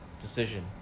decision